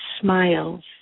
smiles